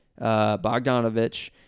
Bogdanovich